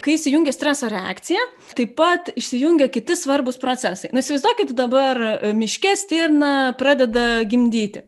kai įsijungia streso reakcija taip pat įsijungia kiti svarbūs procesai na įsivaizduokit dabar miške stirna pradeda gimdyti